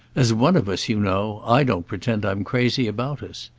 as one of us, you know, i don't pretend i'm crazy about us.